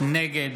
נגד